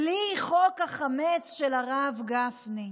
בלי חוק החמץ של הרב גפני?